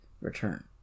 return